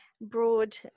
broad